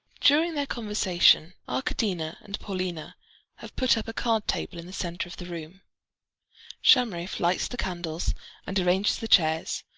during their conversation arkadina and paulina have put up a card-table in the centre of the room shamraeff lights the candles and arranges the chairs,